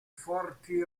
forti